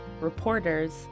reporters